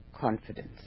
confidence